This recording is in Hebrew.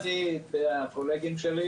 הסכמתי,